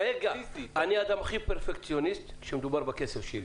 אני האדם הכי פרפקציוניסט כשמדובר בכסף שלי.